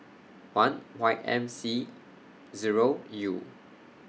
one Y M C Zero U